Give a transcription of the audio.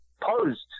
posed